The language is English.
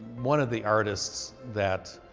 one of the artists that